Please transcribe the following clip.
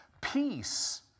Peace